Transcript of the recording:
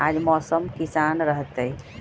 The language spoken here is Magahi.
आज मौसम किसान रहतै?